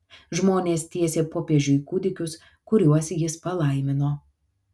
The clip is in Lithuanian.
žmonės tiesė popiežiui kūdikius kuriuos jis palaimino